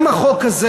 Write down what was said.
גם החוק הזה,